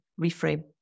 reframe